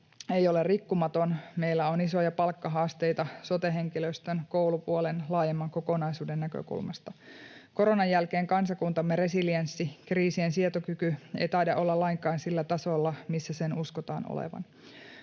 ei ole rikkumaton, ja meillä on isoja palkkahaasteita sote-henkilöstön, koulupuolen ja laajemman kokonaisuuden näkökulmasta. Koronan jälkeen kansakuntamme resilienssi, kriisiensietokyky, ei taida olla lainkaan sillä tasolla, missä sen uskotaan olevan.